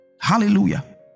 Hallelujah